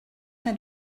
nad